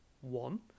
One